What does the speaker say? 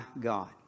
God